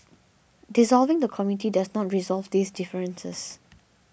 dissolving the committee does not resolve these differences